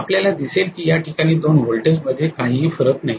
आपल्याला दिसेल की या ठिकाणी दोन व्होल्टेजमध्ये काहीही फरक नाही